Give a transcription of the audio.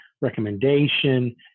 recommendation